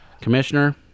Commissioner